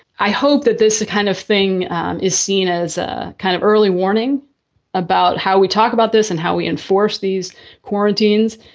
i hope that this kind of thing is seen as a kind of early warning about how we talk about this and how we enforce these quarantines,